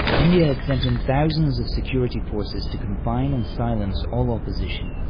india has sent in thousands of security forces to confine and silence all opposition.